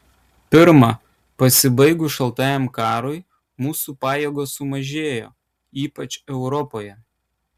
pirma pasibaigus šaltajam karui mūsų pajėgos sumažėjo ypač europoje